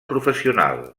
professional